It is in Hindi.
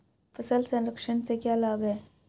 फल संरक्षण से क्या लाभ है?